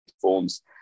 forms